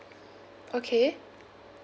okay